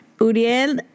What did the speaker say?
Uriel